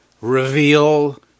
reveal